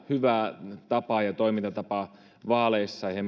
hyvä toimintatapa vaaleissa ja ja